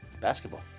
Basketball